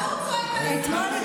לא, לא.